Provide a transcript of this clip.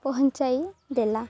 ପହଞ୍ଚାଇ ଦେଲା